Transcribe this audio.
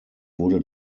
wurde